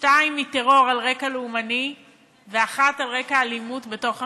שתיים בטרור על רקע לאומני ואחת על רקע אלימות בתוך המשפחה.